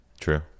True